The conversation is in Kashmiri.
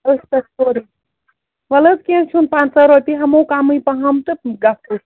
أتھۍ پٮ۪ٹھ سورُے وَلہٕ حظ کیٚنٛہہ چھُنہٕ پَنٛژاہ رۄپیہِ ہٮ۪مو کَمٕے پَہَم تہٕ گژھو